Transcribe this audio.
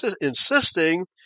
insisting